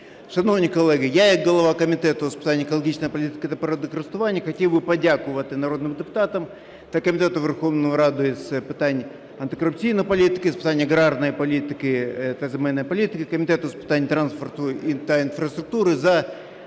Шановні колеги, я як голова Комітету з питань екологічної політики та природокористування хотів би подякувати народним депутатам та Комітету Верховної Ради з питань антикорупційної політики, з питань аграрної політики та земельної політики, Комітету з питань транспорту та інфраструктури за